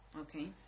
Okay